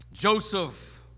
Joseph